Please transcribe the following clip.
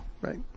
Right